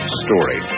story